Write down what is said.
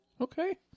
okay